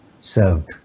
served